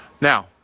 Now